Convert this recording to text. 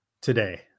today